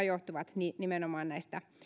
johtuvat nimenomaan näistä